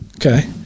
Okay